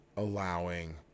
allowing